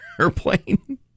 airplane